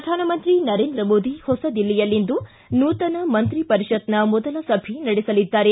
ಪ್ರಧಾನಮಂತ್ರಿ ನರೇಂದ್ರ ಮೋದಿ ಹೊಸದಿಲ್ಲಿಯಲ್ಲಿಂದು ನೂತನ ಮಂತ್ರಿ ಪರಿಷತ್ನ ಮೊದಲ ಸಭೆ ನಡೆಸಲಿದ್ದಾರೆ